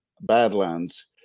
Badlands